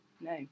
No